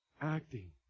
acting